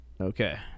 okay